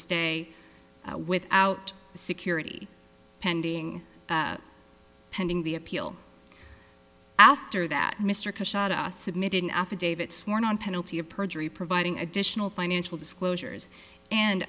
stay without security pending pending the appeal after that mr submitted an affidavit sworn on penalty of perjury providing additional financial disclosures and